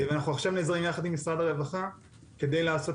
ואנחנו עכשיו ניזום יחד עם משרד הרווחה כדי לעשות